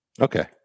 Okay